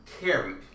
carried